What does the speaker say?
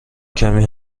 کمی